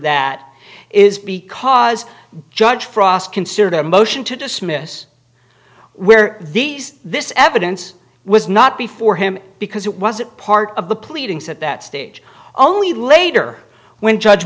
that is because judge frost considered a motion to dismiss where these this evidence was not before him because it wasn't part of the pleadings at that stage only later when judge